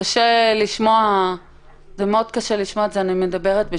רחב כזה שיגרום רק לכך שנתנו כותרת יפה אבל לא נתנו פתרון לבעיה.